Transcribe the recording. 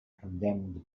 condemned